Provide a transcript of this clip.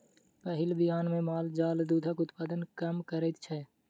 पहिल बियान मे माल जाल दूधक उत्पादन कम करैत छै